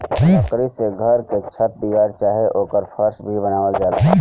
लकड़ी से घर के छत दीवार चाहे ओकर फर्स भी बनावल जाला